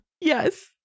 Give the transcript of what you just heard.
Yes